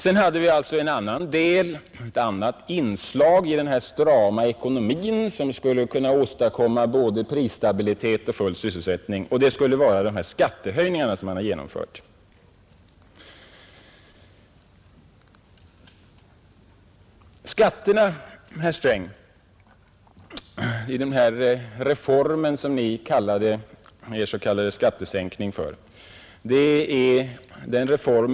Den andra delen i den strama ekonomin, som skulle kunna åstadkomma både prisstabilitet och full sysselsättning, skulle vara de skattehöjningar som genomförts. Socialdemokraterna kallade sin s.k. skattesänkning förra året för en reform.